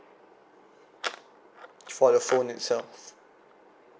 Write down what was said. for the phone itself